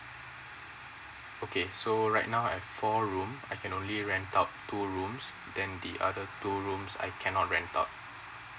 okay so right now I have four room I can only rent out two rooms then the other two rooms I cannot rent out